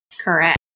Correct